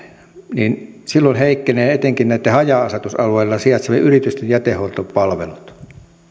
niin silloin heikkenevät etenkin näitten haja asutusalueilla sijaitsevien yritysten jätehuoltopalvelut